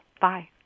Bye